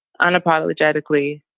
unapologetically